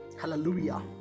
Hallelujah